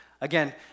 Again